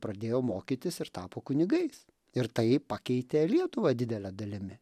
pradėjo mokytis ir tapo kunigais ir tai pakeitė lietuvą didele dalimi